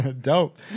Dope